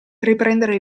riprendere